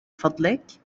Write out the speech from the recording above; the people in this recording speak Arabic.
فضلك